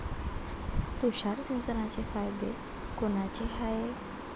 तुषार सिंचनाचे फायदे कोनचे हाये?